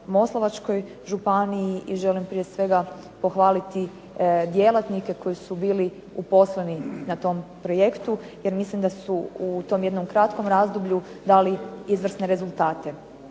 Sisačko-moslavačkoj županiji i želim prije svega pohvaliti djelatnike koji su bili uposleni na tom projektu, jer mislim da su u tom jednokratnom razdoblju dali izvrsne rezultate.